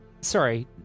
Sorry